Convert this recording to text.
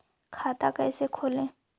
खाता कैसे खोले?